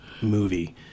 movie